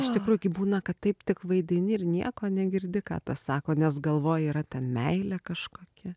iš tikrųjų gi būna kad taip tik vaidini ir nieko negirdi ką tas sako nes galvoj yra ten meilė kažkokia